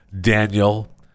Daniel